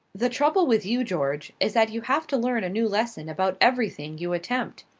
the trouble with you, george, is that you have to learn a new lesson about every thing you attempt.